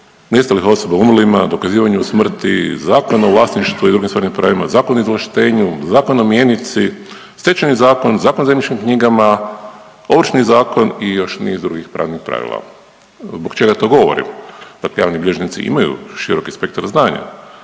nestalih osoba umrlima, dokazivanju smrti, zapljena vlasništva i drugim stvarnim pravima, Zakon o izvlaštenju, Zakon o mjenici, Stečajni zakon, Zakon o zemljišnim knjigama, Ovršni zakon još niz drugih pravnih pravila. Zbog čega to govorim? Dakle, javni bilježnici imaju širok spektar znanja,